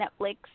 Netflix